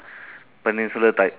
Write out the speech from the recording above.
peninsula type